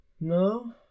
no